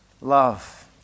Love